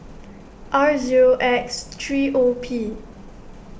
R zero X three O P